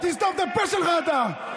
תסתום את הפה שלך, אתה.